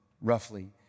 roughly